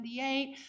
1978